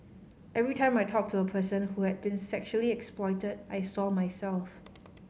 every time I talked to a person who had been sexually exploited I saw myself